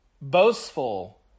boastful